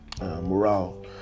morale